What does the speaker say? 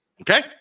okay